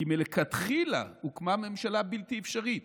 כי מלכתחילה הוקמה ממשלה בלתי אפשרית,